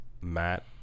Matt